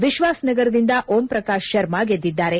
ವಿಶ್ವಾಸ್ನಗರದಿಂದ ಓಂ ಪ್ರಕಾಶ್ ಶರ್ಮಾ ಗೆದ್ದಿದ್ದಾರೆ